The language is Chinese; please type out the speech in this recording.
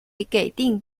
给定